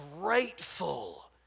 grateful